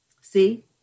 See